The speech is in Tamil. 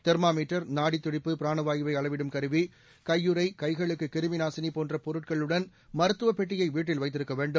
தெர்மா மீட்டர் நாடித்துடிப்பு பிராணவாயுவை அளவீடும் கருவி கையுறை கைகளுக்கு கிருமிநாசினி போன்ற பொருட்களுடன் மருத்துவப் பெட்டியை வீட்டில் வைத்திருக்க வேண்டும்